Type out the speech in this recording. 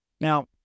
Now